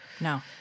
No